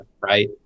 right